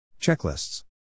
Checklists